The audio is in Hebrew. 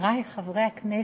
חברי חברי הכנסת,